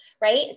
right